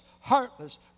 heartless